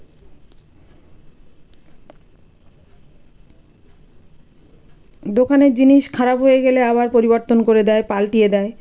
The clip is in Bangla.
দোকানের জিনিস খারাপ হয়ে গেলে আবার পরিবর্তন করে দেয় পালটিয়ে দেয়